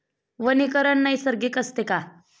वनीकरण नैसर्गिक असते का?